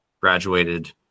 graduated